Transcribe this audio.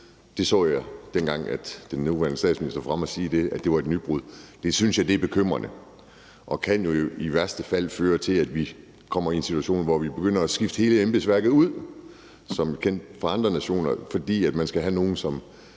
Det så jeg, dengang den nuværende statsminister var fremme at sige det, som et nybrud. Det synes jeg er bekymrende, og det kan jo i værste fald føre til, at vi kommer i en situation, hvor vi begynder at skifte hele embedsværket ud, som vi kender det fra andre nationer, fordi man skal have nogle, som